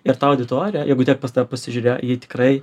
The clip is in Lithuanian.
ir ta auditorija jeigu atėjo pas tave pasižiūrėjo ji tikrai